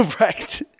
Right